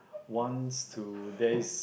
wants to there is